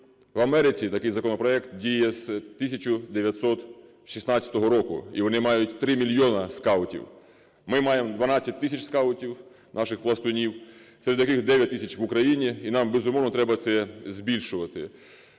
в Америці такий законопроект діє з 1916 року, і вони мають 3 мільйони скаутів. Ми маємо 12 тисяч скаутів, наших "пластунів", серед яких 9 тисяч в Україні і нам, безумовно, треба це збільшувати.